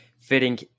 fitting